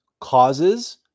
causes